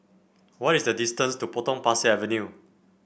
what is the distance to Potong Pasir Avenue